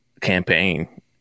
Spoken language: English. campaign